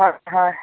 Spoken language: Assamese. হয় হয়